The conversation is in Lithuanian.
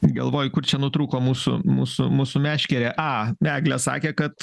galvoju kur čia nutrūko mūsų mūsų mūsų meškerė a eglė sakė kad